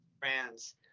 brands